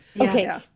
okay